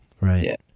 Right